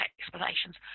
explanations